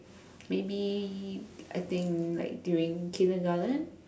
maybe I think like during kindergarten